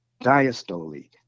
diastole